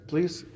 Please